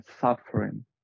suffering